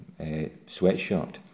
sweatshirt